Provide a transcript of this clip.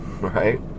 right